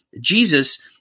Jesus